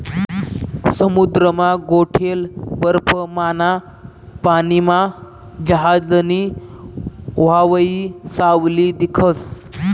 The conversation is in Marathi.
समुद्रमा गोठेल बर्फमाना पानीमा जहाजनी व्हावयी सावली दिखस